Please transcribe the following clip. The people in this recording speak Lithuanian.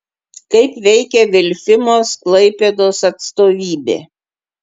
kaip veikia vilfimos klaipėdos atstovybė